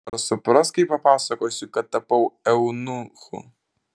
ar supras kai papasakosiu kad tapau eunuchu